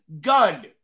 gun